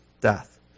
death